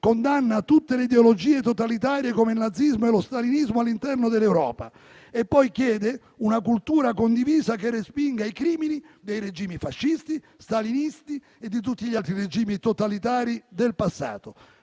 condanna tutte le ideologie totalitarie come il nazismo e lo stalinismo all'interno dell'Europa e poi chiede una cultura condivisa che respinga i crimini dei regimi fascisti, stalinisti e di tutti gli altri regimi totalitari del passato.